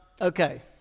Okay